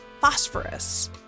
phosphorus